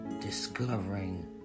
discovering